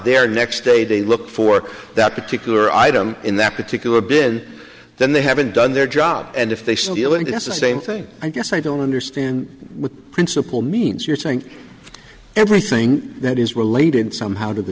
their next day they look for that particular item in that particular bin then they haven't done their job and if they still dealing that's a same thing i guess i don't understand principle means you're saying everything that is related somehow to the